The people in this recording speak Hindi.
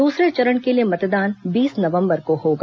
दूसरे चरण के लिए मतदान बीस नवम्बर को होगा